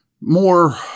more